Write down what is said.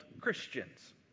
Christians